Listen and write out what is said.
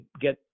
get